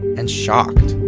and shocked.